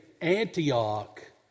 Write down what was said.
Antioch